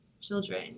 children